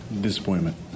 Disappointment